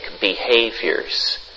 behaviors